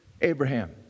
Abraham